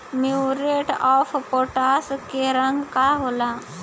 Muriate of potash के रंग का होला?